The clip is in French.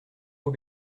aux